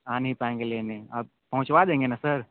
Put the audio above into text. आ नहीं पाएंगे लेने आप पहुँचवा देंगे न सर